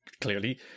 clearly